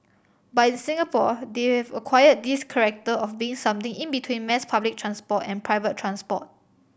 but in Singapore they've acquired this corrector of being something in between mass public transport and private transport